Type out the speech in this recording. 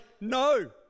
no